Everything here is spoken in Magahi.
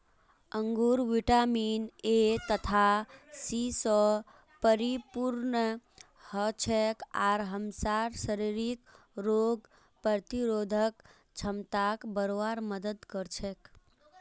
अंगूर विटामिन ए तथा सी स परिपूर्ण हछेक आर हमसार शरीरक रोग प्रतिरोधक क्षमताक बढ़वार मदद कर छेक